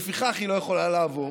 לפיכך, היא לא יכולה לעבור,